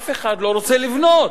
אף אחד לא רוצה לבנות.